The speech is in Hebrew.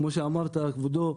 כמו שאמרת, כבודו,